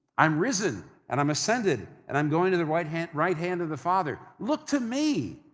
i'm risen and i'm ascended and i'm going to the right hand right hand of the father. look to me.